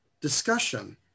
discussion